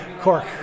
Cork